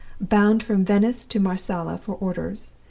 bound from venice to marsala for orders,